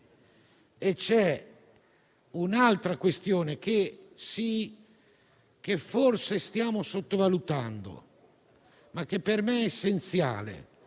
e c'è un'altra questione, che forse stiamo sottovalutando, ma che per me è essenziale.